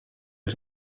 els